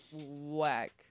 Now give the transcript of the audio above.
whack